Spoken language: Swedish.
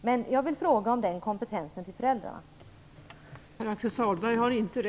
Men jag vill fråga om föräldrarnas kompetens.